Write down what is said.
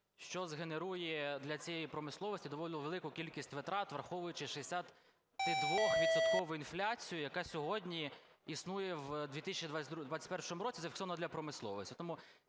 що згенерує для цієї промисловості доволі велику кількість витрат, враховуючи 62-відсоткову інфляцію, яка сьогодні існує в 2021 році, зафіксована для промисловості.